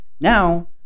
Now